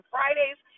Fridays